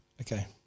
okay